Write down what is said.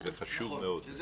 וזה חשוב מאוד,